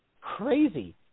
crazy